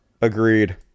agreed